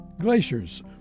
glaciers